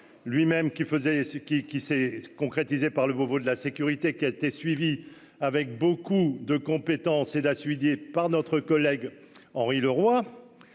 qui qui s'est concrétisé par le bobo de la sécurité qui a été suivi avec beaucoup de compétences et d'appuyer par notre collègue Henri Leroy